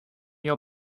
your